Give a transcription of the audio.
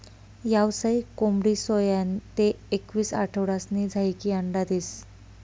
यावसायिक कोंबडी सोया ते एकवीस आठवडासनी झायीकी अंडा देस